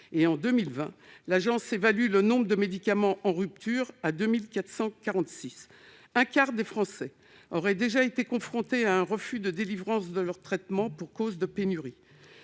En 2020, l'ANSM évalue le nombre de médicaments en rupture à 2 446. Un quart des Français auraient déjà été confrontés à un refus de délivrance de leur traitement pour cause de pénurie.